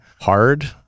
hard